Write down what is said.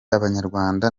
abanyarwanda